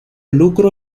lucro